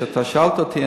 שאלת אותי,